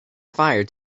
fire